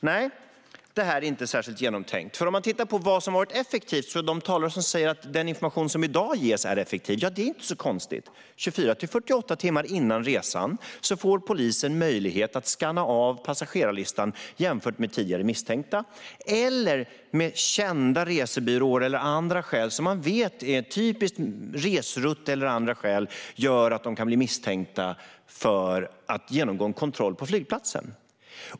Nej, det här är inte särskilt genomtänkt. Det finns talare här som säger att den information som i dag ges är effektiv. Ja, det är inte så konstigt. 24-48 timmar före resan får polisen möjlighet att scanna av passagerarlistan mot tidigare misstänkta. Resrutt eller andra skäl gör att man kan bli misstänkt och måste genomgå en kontroll på flygplatsen.